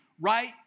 right